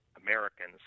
Americans